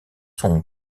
sont